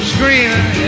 Screaming